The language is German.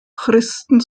christen